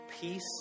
Peace